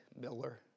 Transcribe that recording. Miller